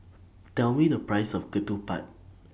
Tell Me The Price of Ketupat